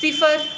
सिफर